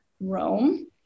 Rome